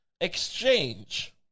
exchange